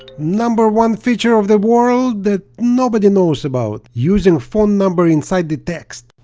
number one feature of the world that nobody knows about using phone number inside the text